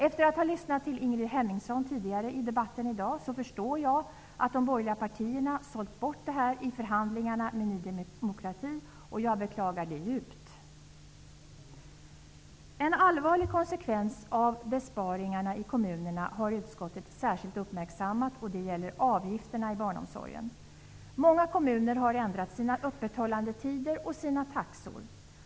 Efter att ha lyssnat till Ingrid Hemmingsson i debatten tidigare i dag förstår jag att de borgerliga partierna sålt bort detta i förhandlingarna med Ny demokrati, och det beklagar jag djupt. En allvarlig konsekvens av besparingarna i kommunerna har utskottet särskilt uppmärksammat, och det gäller avgifterna i barnomsorgen. Många kommuner har ändrat sina öppethållandetider och sina taxor.